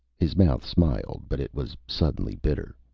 his mouth smiled, but it was suddenly bitter.